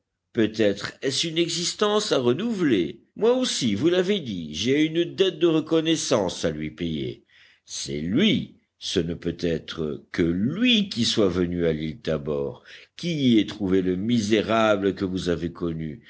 peut-être est-ce une existence à renouveler moi aussi vous l'avez dit j'ai une dette de reconnaissance à lui payer c'est lui ce ne peut être que lui qui soit venu à l'île tabor qui y ait trouvé le misérable que vous avez connu